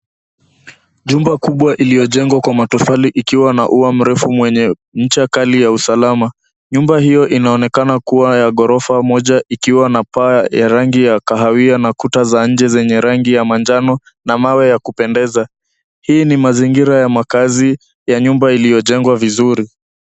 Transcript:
Jumba kubwa iliyojengwa kwa matofali ikiwa ua mrefu wenye ncha kali ya usalama. Nyumba hiyo inaonekana kuwa ya ghorofa moja ikiwa na paa ya rangi ya kahawia na kuta za nje zenye rangi ya manjano na mawe ya kupendeza. Hii ni mazingira ya makazi ya nyumba iliyojengwa vizuri.